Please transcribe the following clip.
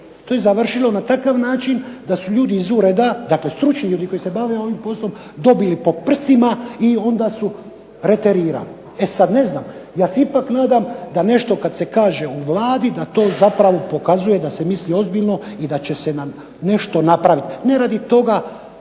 To je završilo na takav način da su stručni ljudi iz ureda koji se bave ovim poslom dobili po prstima i onda su reterirali. E sada ne znam, ja se ipak nadam da nešto kada se kaže u Vladi da se zapravo pokazuje da se misli ozbiljno i da će se nešto napraviti. Ne radi tog